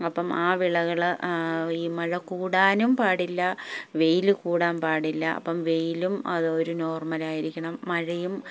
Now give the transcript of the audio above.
അപ്പം ആ വിളകള് ഈ മഴ കൂടാനും പാടില്ല വെയില് കൂടാൻ പാടില്ല അപ്പം വെയിലും അത് ഒരു നോർമലായിരിക്കണം മഴയും